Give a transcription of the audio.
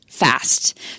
Fast